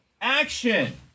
action